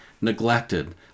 neglected